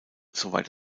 soweit